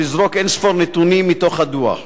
ולזרוק אין-ספור נתונים מתוך הדוח.